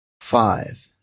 Five